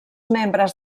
membres